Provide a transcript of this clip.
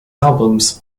albums